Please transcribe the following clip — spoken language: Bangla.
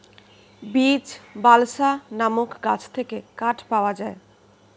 বীচ, বালসা নামক গাছ থেকে কাঠ পাওয়া যায়